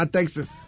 Texas